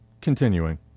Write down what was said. Continuing